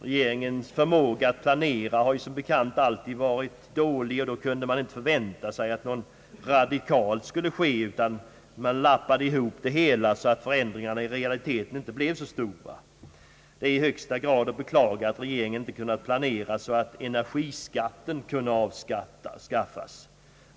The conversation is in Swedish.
Regeringens förmåga att planera har som bekant alltid varit dålig, och man kunde därför inte förvänta sig att något radikalt skulle ske, utan det hela har lappats ihop så att förändringarna i realiteten inte blev så stora. Det är i högsta grad att beklaga att regeringen inte kunnat planera så att energiskatten kunde avskaffas.